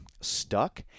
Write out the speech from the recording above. stuck